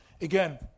again